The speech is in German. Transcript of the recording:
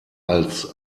als